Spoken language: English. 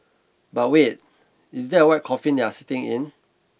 but wait is that a white coffin they are sitting in